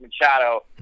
Machado